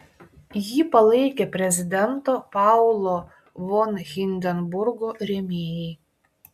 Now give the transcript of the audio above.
jį palaikė prezidento paulo von hindenburgo rėmėjai